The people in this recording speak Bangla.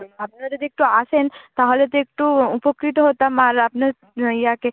আপনারা যদি একটু আসেন তাহালে তো একটু উপকৃত হতাম আর আপনার ইয়াকে